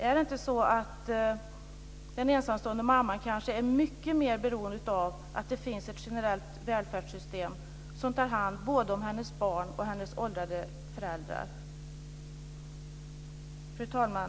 Är det inte så att den ensamstående mamman kanske är mycket mer beroende av att det finns ett generellt välfärdssystem som tar hand om både hennes barn och hennes åldrade föräldrar? Fru talman!